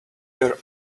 your